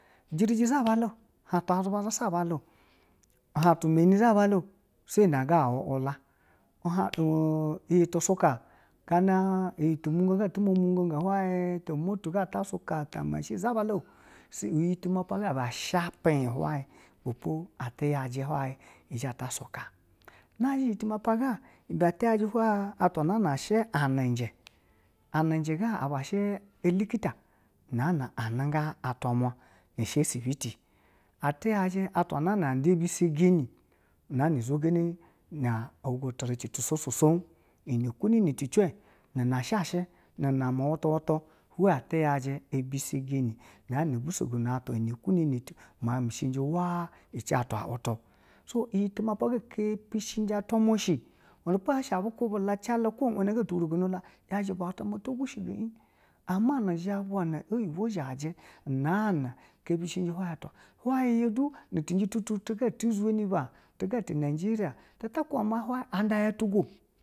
Hwatu azuba zabala hwatu meni zaba la o seyi na ga u wu uwe la ɛ hwa u iyiga ɛti suka ga to mugogohwayi to mo tu go oto mogogo hwayi zaba ta mashine zaba la iyi timapa ga ibe shepi hwayi ibepo ati yaji uu hwayi ibepo ati yaji un hwayi ibepo a ta suka, nazhi iyi timapa ga ibe ati yaji hwayi atwa nana shi anije, aniji ga aba shi ɛlikita nana anigan atwa muo na sesibiti, atwa yaji atwa nana ada ibesegeni nana zhegeni na turace sho sho showo iyi na kuni na te ce na sha shi na my na mu uwutu wutu hwan tiyaji nana mbisegono nana mbi sogono nana kuni na miaun mi shenje wa ɛci atwa wutu so iyi timapa ga, ke pishieyi atwa mwaeshe iwenepo yashi abu kwubi la kwo ɛwana ga ti wurigono la ɛyaji ibauta ma to goshigo un ama izhagu na oyibwo zhaje nana kepishinji hwayi atwa hwayi ya tu ni cenji tutu ga ati zhiba tiga ti na jeriya